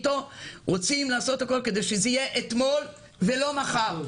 אנחנו רוצים לעשות הכול כדי שזה יהיה אתמול ולא מחר,